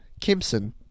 Kimson